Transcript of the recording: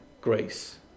grace